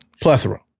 Plethora